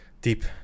Deep